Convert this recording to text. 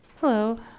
Hello